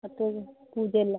ಮತ್ತು ಪೂಜೆ ಎಲ್ಲ